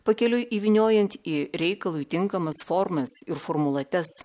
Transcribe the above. pakeliui įvyniojant į reikalui tinkamas formas ir formuluotes